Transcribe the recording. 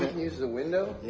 use as a window?